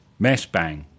Messbang